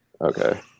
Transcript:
Okay